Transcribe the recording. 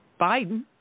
Biden